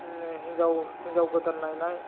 हिनजाव हिनजाव गोदान नायनाय